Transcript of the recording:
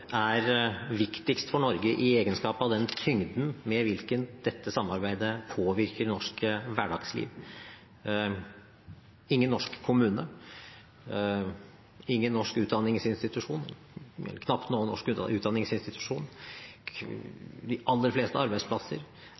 er viktigst for Norge i egenskap av med hvilken tyngde dette samarbeidet påvirker norsk hverdagsliv. Alle norske kommuner, så å si alle norske utdanningsinstitusjoner og de aller fleste arbeidsplasser